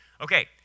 Okay